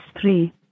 three